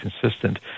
consistent